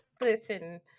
listen